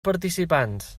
participants